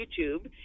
YouTube